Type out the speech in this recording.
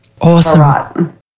Awesome